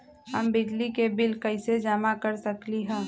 हम बिजली के बिल कईसे जमा कर सकली ह?